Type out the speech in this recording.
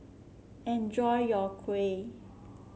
enjoy your Kuih